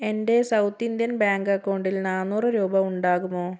എൻ്റെ South Indian Bank അക്കൗണ്ടിൽ നാന്നൂറ് രൂപ ഉണ്ടാകുമോ